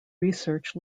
research